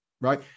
right